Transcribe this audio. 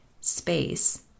space